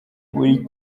buri